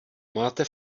máte